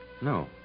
No